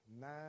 nine